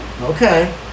Okay